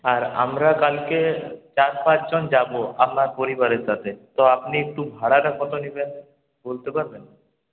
আর আমরা কালকে চার পাঁচজন যাবো আমার পরিবারের সাথে তো আপনি একটু ভাড়াটা কত নেবেন বলতে পারবেন